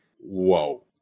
whoa